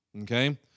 okay